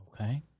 Okay